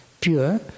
pure